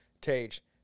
Tage